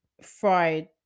fried